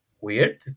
weird